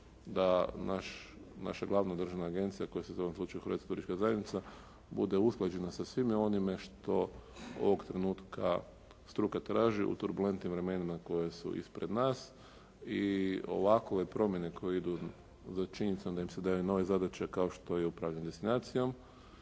da naša glavna državna agencija koja se zove u ovom slučaju Hrvatska turistička zajednica bude usklađena sa svime onime što ovoga trenutka struka traži u turbulentnim vremenima koje su ispred nas, i ovakve promjene koje idu za činjenicom da im se daju nove zadaće kao što je upravljanje destinacijom,